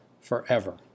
forever